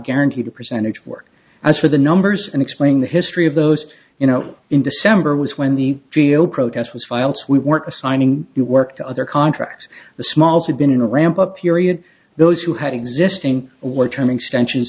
guaranteed a percentage work as for the numbers and explaining the history of those you know in december was when the g a o protest was filed we weren't assigning you work to other contracts the smalls had been in a ramp up period those who had existing or term extension